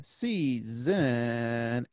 season